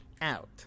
out